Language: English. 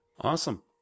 Awesome